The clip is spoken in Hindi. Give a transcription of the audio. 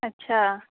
अच्छा